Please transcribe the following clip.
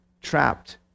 trapped